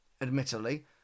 Admittedly